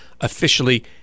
officially